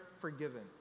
forgiven